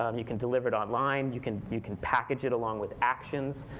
um you can deliver it online you can you can package it along with actions.